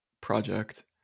project